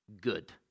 Good